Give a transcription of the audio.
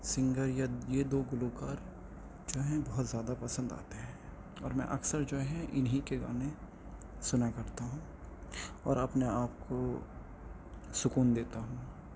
singer یا یہ دو گلوکار جو ہیں بہت زیادہ پسند آتے ہیں اور میں اکثر جو ہیں انہیں کے گانے سنا کرتا ہوں اور اپنے آپ کو سکون دیتا ہوں